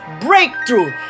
Breakthrough